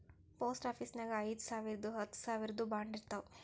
post ಆಫೀಸ್ನಾಗ್ ಐಯ್ದ ಸಾವಿರ್ದು ಹತ್ತ ಸಾವಿರ್ದು ಬಾಂಡ್ ಇರ್ತಾವ್